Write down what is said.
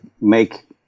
make